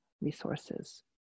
resources